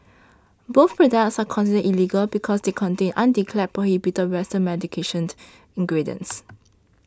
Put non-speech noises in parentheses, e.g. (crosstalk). both products are considered illegal because they contain undeclared prohibited western medications ingredients (noise)